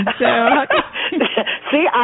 see